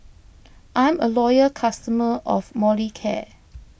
I'm a loyal customer of Molicare